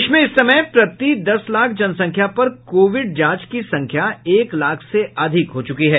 देश में इस समय प्रति दस लाख जनसंख्या पर कोविड जांच की संख्या एक लाख से अधिक हो चुकी है